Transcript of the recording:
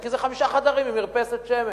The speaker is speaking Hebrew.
כי זה חמישה חדרים עם מרפסת שמש.